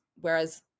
whereas